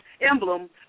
Emblem